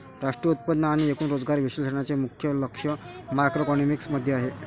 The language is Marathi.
राष्ट्रीय उत्पन्न आणि एकूण रोजगार विश्लेषणाचे मुख्य लक्ष मॅक्रोइकॉनॉमिक्स मध्ये आहे